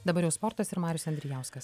dabar jau sportas ir marius andrijauskas